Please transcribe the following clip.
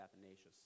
athanasius